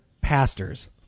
pastors